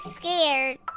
scared